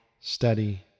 steady